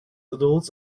adults